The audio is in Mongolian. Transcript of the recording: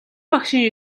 багшийн